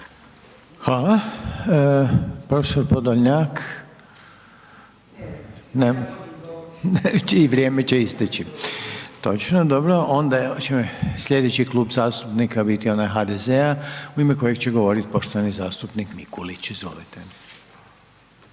se ne razumije./ … I vrijeme će isteći. Točno. Dobro. Onda će sljedeći klub zastupnika biti onaj HDZ-a u ime kojega će govoriti poštovani zastupnik Mikulić. Izvolite.